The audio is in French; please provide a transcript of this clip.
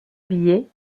billet